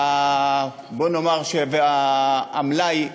יגדלו, והמלאי יגדל,